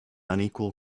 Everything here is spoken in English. unequal